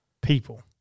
people